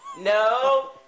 No